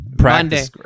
Monday